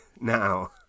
now